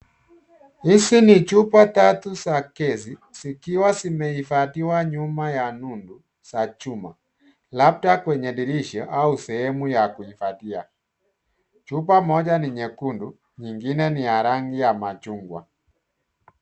Hizi ni chupa tatu za gesi, zikiwa zimehifadhiwa nyuma ya nondo za chuma, labda kwenye dirisha au sehemu ya kuhifadhia. Chupa moja ni nyekundu, nyingine ni ya rangi ya machungwa.